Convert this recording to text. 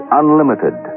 unlimited